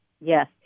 Yes